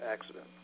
accident